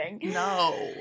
No